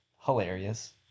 hilarious